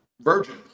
Virgin